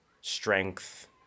strength